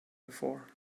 before